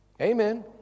Amen